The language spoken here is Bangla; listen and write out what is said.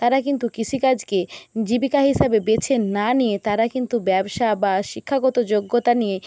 তারা কিন্তু কৃষিকাজকে জীবিকা হিসাবে বেছে না নিয়ে তারা কিন্তু ব্যবসা বা শিক্ষাগত যোগ্যতা নিয়ে